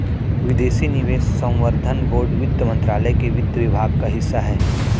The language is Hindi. विदेशी निवेश संवर्धन बोर्ड वित्त मंत्रालय के वित्त विभाग का हिस्सा है